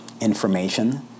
information